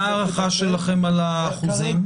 מה הערכה שלכם על האחוזים?